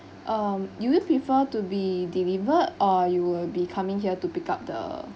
um will you prefer to be delivered or you will be coming here to pick up the